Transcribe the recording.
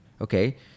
Okay